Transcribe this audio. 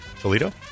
Toledo